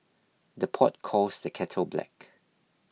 the pot calls the kettle black